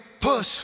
Push